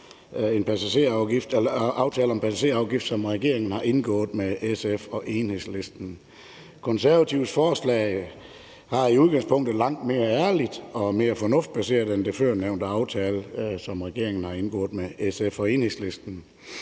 aftale om en passagerafgift, som regeringen har indgået med SF og Enhedslisten. Konservatives forslag er i udgangspunktet langt mere ærligt og mere fornuftsbaseret end den førnævnte aftale, som regeringen har indgået med SF og Enhedslisten.